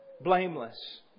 Blameless